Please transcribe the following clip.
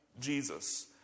Jesus